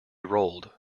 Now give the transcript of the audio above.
rolled